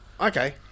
Okay